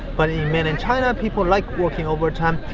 but in mainland china, people like working overtime,